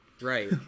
right